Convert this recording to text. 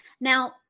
Now